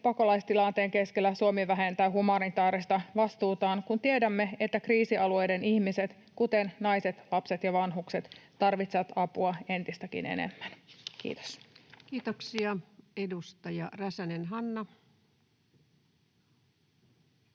pakolaistilanteen keskellä Suomi vähentää humanitaarista vastuutaan, kun tiedämme, että kriisialueiden ihmiset, kuten naiset, lapset ja vanhukset, tarvitsevat apua entistäkin enemmän? — Kiitos. [Speech 702] Speaker: